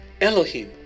Elohim